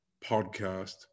podcast